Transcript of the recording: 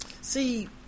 See